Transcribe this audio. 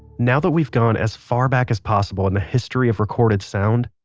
now that we've gone as far back as possible in the history of recorded sound,